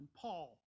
Paul